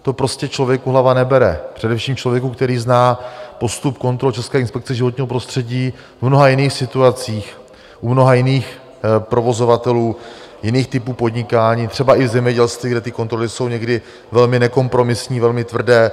To prostě člověku hlava nebere, především člověku, který zná postup kontrol České inspekce životního prostředí v mnoha jiných situacích, u mnoha jiných provozovatelů, jiných typů podnikání, třeba i v zemědělství, kde ty kontroly jsou někdy velmi nekompromisní, velmi tvrdé.